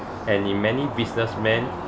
any many businessman